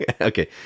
Okay